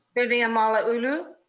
vivian malauulu.